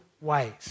ways